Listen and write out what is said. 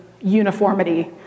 uniformity